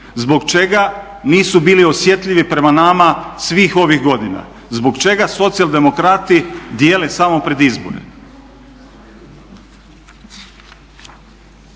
Zbog čega nisu bili osjetljivi prema nama svih ovih godina? Zbog čega Socijaldemokrati dijele samo pred izbore?